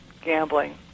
Gambling